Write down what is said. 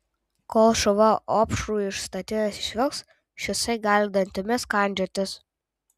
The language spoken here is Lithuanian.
kol šuva opšrų iš statinės išvilks šisai gali dantimis kandžiotis